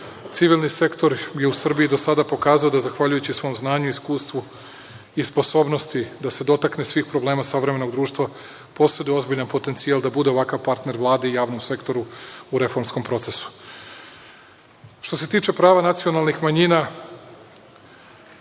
celini. Civilni sektor bi u Srbiji do sada pokazao da zahvaljujući svom znanju i iskustvu i sposobnosti da se dotakne svih problema savremenog društva poseduje ozbiljan potencijal da bude ovakav partner Vladi i javnom sektoru u reformskom procesu. Što se tiče prava nacionalnih manjina,